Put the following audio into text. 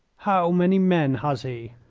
how many men has he?